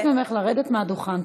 אני מבקשת ממך לרדת מהדוכן.